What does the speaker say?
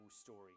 story